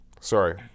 Sorry